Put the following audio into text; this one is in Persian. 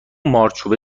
مارچوبه